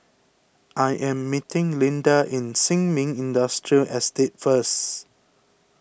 I am meeting Linda in Sin Ming Industrial Estate first